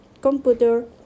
computer